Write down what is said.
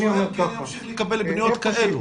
אני מקבל פניות כאלו.